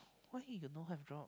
why he no that job